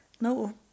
No